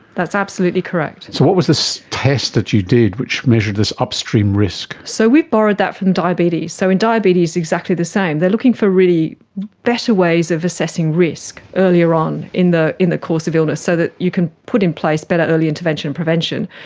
that's absolutely correct. so what was this test that you did which measured this upstream risk? so we borrowed that from diabetes, so in diabetes, exactly the same. they are looking for really better ways of assessing risk earlier on in the in the course of illness, so that you can put in place better early intervention and prevention.